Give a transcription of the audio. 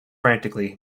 frantically